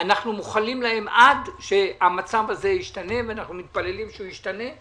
שאנחנו מוחלים להם עד שהמצב הזה ישתנה ואנחנו מתפללים שהוא ישתנה?